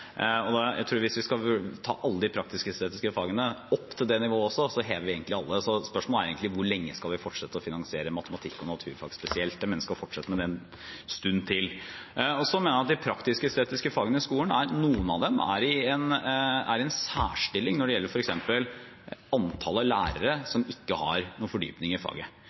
Hvis vi skal ta alle de praktisk-estetiske fagene opp til det nivået, så hever vi egentlig alle. Spørsmålet er egentlig hvor lenge vi skal fortsette å finansiere matematikk og naturfag spesielt. Jeg mener vi skal fortsette med det en stund til. Jeg mener at noen av de praktisk-estetiske fagene i skolen er i en særstilling når det gjelder f.eks. antall lærere som ikke har noen fordypning i faget.